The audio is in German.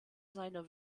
seiner